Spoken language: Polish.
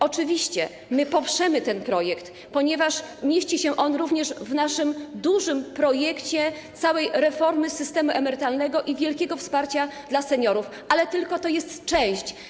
Oczywiście poprzemy ten projekt, ponieważ mieści się on również w naszym dużym projekcie całej reformy systemu emerytalnego i wielkiego wsparcia dla seniorów, ale to jest tylko część.